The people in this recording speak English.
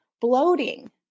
Bloating